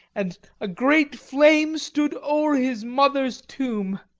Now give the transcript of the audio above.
and a great flame stood o'er his mother's tomb.